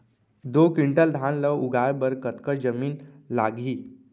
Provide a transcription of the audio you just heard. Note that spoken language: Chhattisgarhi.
दो क्विंटल धान ला उगाए बर कतका जमीन लागही?